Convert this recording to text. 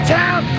town